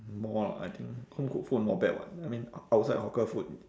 more lah I think home cooked food not bad [what] I mean ou~ outside hawker food